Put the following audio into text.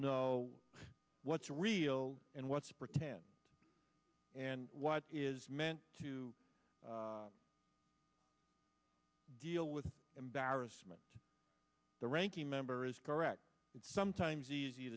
know what's real and what's pretend and what is meant to deal with embarrassment the ranking member is correct and sometimes easy